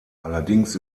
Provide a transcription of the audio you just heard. allerdings